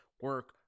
Work